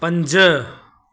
पंज